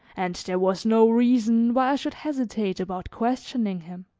and there was no reason why i should hesitate about questioning him.